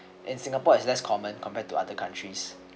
in singapore is less common compared to other countries